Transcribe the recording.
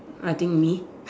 I think me